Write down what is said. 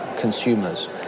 consumers